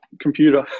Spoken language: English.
computer